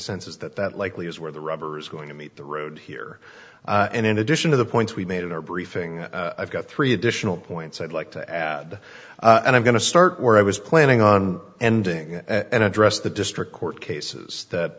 sense is that that likely is where the rubber is going to meet the road here and in addition to the points we made in our briefing i've got three additional points i'd like to add and i'm going to start where i was planning on ending and address the district court cases that